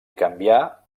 canviar